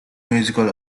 musical